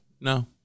no